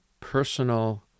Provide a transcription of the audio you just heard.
personal